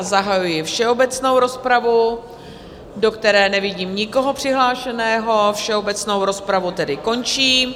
Zahajuji všeobecnou rozpravu, do které nevidím nikoho přihlášeného, všeobecnou rozpravu tedy končím.